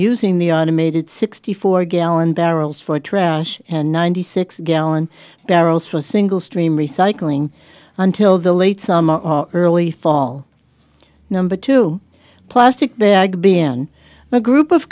using the automated sixty four gallon barrels for trash and ninety six gallon barrels for a single stream recycling until the late summer or early fall number two plastic there has been a group of